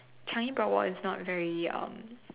Changi Broadwalk is not very um